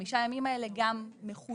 5 הימים האלה גם מחולקים